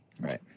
Right